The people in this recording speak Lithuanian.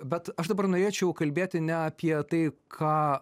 bet aš dabar norėčiau kalbėti ne apie tai ką